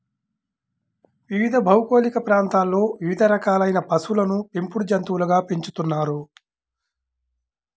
వివిధ భౌగోళిక ప్రాంతాలలో వివిధ రకాలైన పశువులను పెంపుడు జంతువులుగా పెంచుతున్నారు